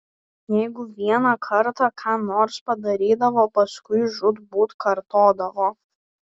jeigu vieną kartą ką nors padarydavo paskui žūtbūt kartodavo